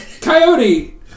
Coyote